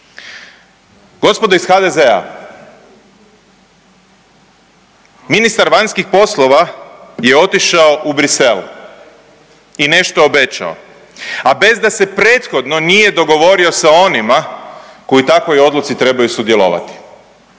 Gospodo iz HDZ-a, ministar vanjskih poslova je otišao u Brisel i nešto obećao, a bez da se prethodno nije dogovorio sa onima koji u takvoj odluci trebaju sudjelovati.